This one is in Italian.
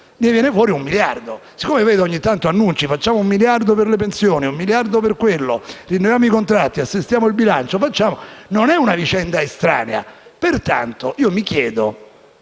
ne verrebbe fuori un miliardo. Siccome vedo che ogni tanto facciamo annunci del tipo: un miliardo per le pensioni, un miliardo per quello, rinnoviamo i contratti, assestiamo il bilancio, non è una vicenda estranea. Pertanto, dico